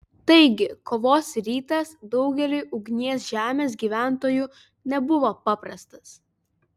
taigi kovos rytas daugeliui ugnies žemės gyventojų nebuvo paprastas